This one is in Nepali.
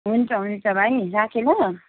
हुन्छ हुन्छ भाइ राखेँ ल